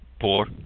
poor